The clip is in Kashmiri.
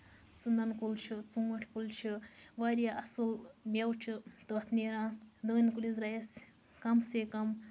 ژٕنَن کُلۍ چھُ ژوٗنٹھۍ کُلۍ چھُ واریاہ اَصٕل میٚوٕ چھُ تَتھ نیران ڈوٗنۍ کُلِس درایہِ اَسہِ کَم سے کَم